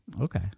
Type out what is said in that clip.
Okay